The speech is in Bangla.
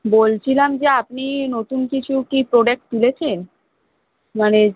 বলছিলাম যে আপনি নতুন কিছু কি প্রোডাক্ট তুলেছেন মানে